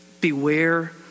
Beware